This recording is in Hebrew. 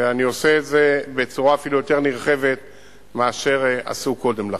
ואני עושה את זה אפילו בצורה יותר נרחבת מאשר עשו קודם לכן.